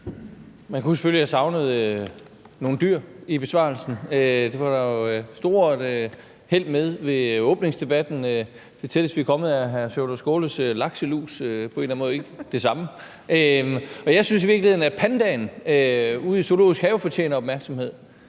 Man kunne selvfølgelig savne nogle dyr i besvarelsen – det var der jo stort held med ved åbningsdebatten. Det tætteste, vi er kommet på det, er hr. Sjúrður Skaales lakselus – det er på en eller anden måde ikke det samme. Jeg synes i virkeligheden, at pandaen ude i Zoologisk Have fortjener opmærksomhed.